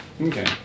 Okay